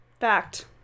Fact